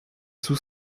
sous